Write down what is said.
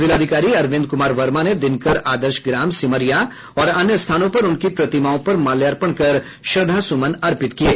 जिलाधिकारी अरविंद कुमार वर्मा ने दिनकर आदर्श ग्राम सिमरिया और अन्य स्थानों पर उनकी प्रतिमाओं पर माल्यार्पंण कर श्रद्धा सुमन अर्पित किये